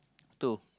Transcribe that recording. two